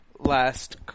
last